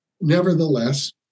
Nevertheless